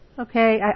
Okay